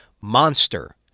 Monster